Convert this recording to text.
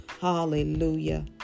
Hallelujah